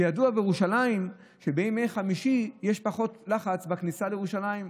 שידוע שבירושלים בימי חמישי יש פחות לחץ בכניסה לירושלים.